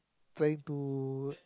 trying to